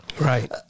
Right